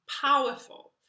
powerful